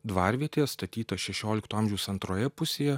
dvarvietė statyta šešiolikto amžiaus antroje pusėje